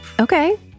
Okay